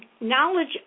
knowledge